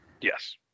Yes